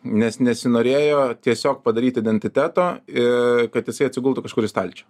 nes nesinorėjo tiesiog padaryt identiteto i kad jisai atsigultų kažkur į stalčių